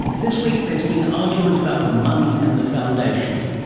this week there has been argument about the money and the foundation.